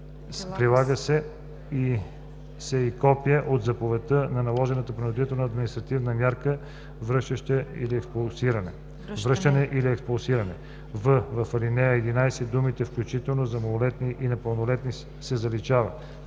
прилага се и копие от заповедта за наложената принудителна административна мярка връщане или експулсиране.“; в) в ал. 11 думите „включително на малолетните и непълнолетните“ се заличават;